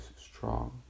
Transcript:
strong